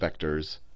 vectors